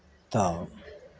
तऽ